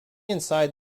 inside